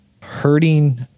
hurting